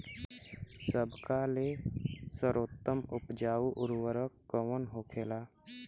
सबका ले सर्वोत्तम उपजाऊ उर्वरक कवन होखेला?